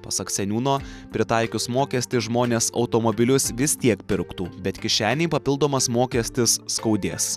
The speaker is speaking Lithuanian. pasak seniūno pritaikius mokestį žmonės automobilius vis tiek pirktų bet kišenei papildomas mokestis skaudės